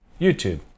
YouTube